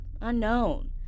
unknown